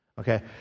Okay